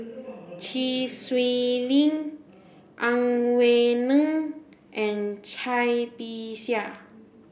Chee Swee Lee Ang Wei Neng and Cai Bixia